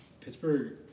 Pittsburgh